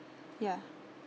ya